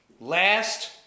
Last